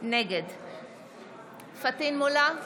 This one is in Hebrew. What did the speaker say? נגד פטין מולא,